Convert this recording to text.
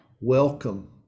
welcome